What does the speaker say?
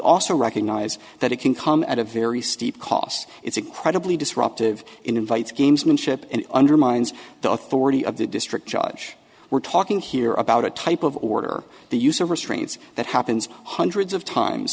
also recognize that it can come at a very steep cost it's incredibly disruptive invites gamesmanship and undermines the authority of the district judge we're talking here about a type of order the use of restraints that happens hundreds of times